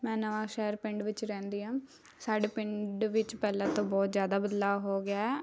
ਮੈਂ ਨਵਾਂਸ਼ਹਿਰ ਪਿੰਡ ਵਿੱਚ ਰਹਿੰਦੀ ਹਾਂ ਸਾਡੇ ਪਿੰਡ ਵਿੱਚ ਪਹਿਲਾਂ ਤੋਂ ਬਹੁਤ ਜ਼ਿਆਦਾ ਬਦਲਾਅ ਹੋ ਗਿਆ ਹੈ